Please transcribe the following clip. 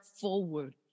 forward